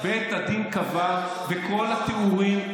בית הדין קבע וכל התיאורים,